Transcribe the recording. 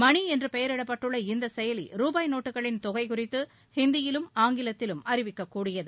மணி என்று பெயரிடப்பட்டுள்ள இந்த செயலி ரூபாய் நோட்டுகளின் தொகை குறித்து ஹிந்தியிலும் ஆங்கிலத்திலும் அறிவிக்க கூடியது